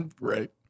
Right